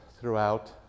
throughout